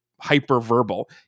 hyper-verbal